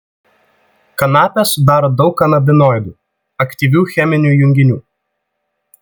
kanapę sudaro daug kanabinoidų aktyvių cheminių junginių